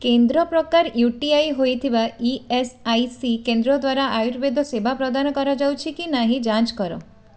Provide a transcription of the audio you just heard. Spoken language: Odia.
କେନ୍ଦ୍ର ପ୍ରକାର ୟୁ ଟି ଆଇ ହୋଇଥିବା ଇ ଏସ୍ ଆଇ ସି କେନ୍ଦ୍ର ଦ୍ୱାରା ଆୟୁର୍ବେଦ ସେବା ପ୍ରଦାନ କରାଯାଉଛି କି ନାହିଁ ଯାଞ୍ଚ କର